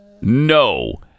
No